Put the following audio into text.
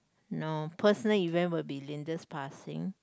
no personal event will be Linda's passing